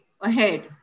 ahead